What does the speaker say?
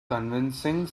convincing